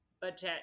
budget